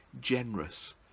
generous